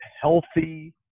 healthy